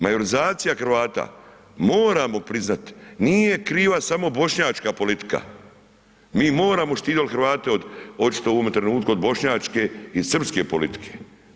Majorizacija Hrvata moramo priznat nije kriva samo bošnjačka politika, mi moramo štiti Hrvate od očito u ovome trenutku od bošnjačke i srpske politike.